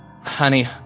honey